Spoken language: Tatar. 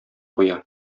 куя